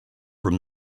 from